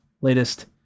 latest